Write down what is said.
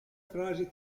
frasi